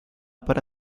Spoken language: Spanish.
para